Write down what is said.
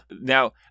Now